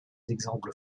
exemples